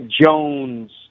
Jones